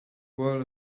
world